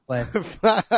play